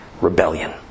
Rebellion